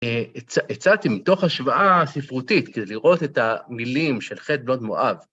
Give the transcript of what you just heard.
הצעתי מתוך השוואה ספרותית, כדי לראות את המילים של חטא בנות מואב.